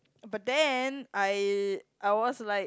but then I I was like